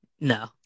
No